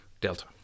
Delta